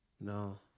No